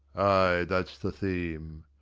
ay, that's the theme.